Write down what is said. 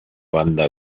banda